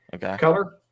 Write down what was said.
color